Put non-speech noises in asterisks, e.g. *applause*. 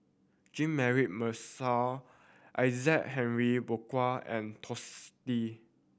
Jean Mary Marshall Isaac Henry *unintelligible* and Twisstii